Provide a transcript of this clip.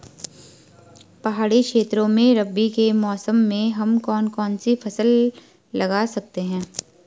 पहाड़ी क्षेत्रों में रबी के मौसम में हम कौन कौन सी फसल लगा सकते हैं?